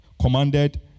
commanded